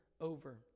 over